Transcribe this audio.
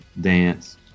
dance